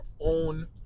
own